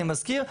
אני מזכיר,